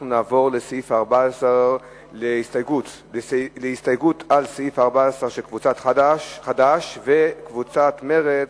אנחנו נעבור לסעיף 14. הסתייגות של קבוצת חד"ש וקבוצת סיעת מרצ,